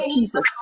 Jesus